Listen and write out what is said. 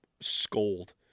scold